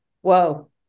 whoa